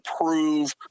prove